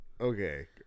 Okay